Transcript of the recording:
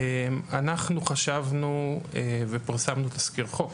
אנחנו חשבנו ופרסמנו תזכיר חוק